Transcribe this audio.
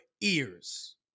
ears